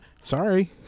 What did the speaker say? sorry